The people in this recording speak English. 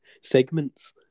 Segments